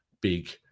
big